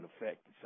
effect